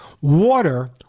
water